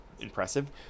impressive